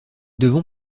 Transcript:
devons